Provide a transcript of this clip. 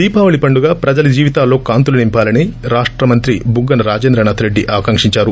దీపావళి పండుగ ప్రజల జీవితాల్లో కాంతులు నింపాలని రాష్ట మంత్రి బుగ్గన రాజేంద్రనాధ్ రెడ్డి ఆకాంకించారు